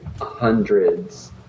hundreds